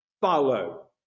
Follow